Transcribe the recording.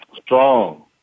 Strong